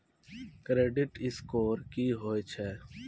Credit score की होय छै?